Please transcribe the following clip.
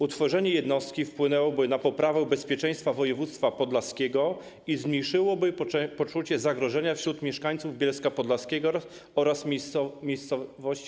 Utworzenie jednostki wpłynęłoby na poprawę bezpieczeństwa województwa podlaskiego i zmniejszyłoby poczucie zagrożenia wśród mieszkańców Bielska Podlaskiego oraz okolicznych miejscowości.